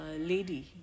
lady